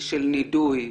של נידוי,